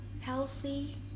healthy